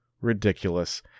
ridiculous